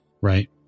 Right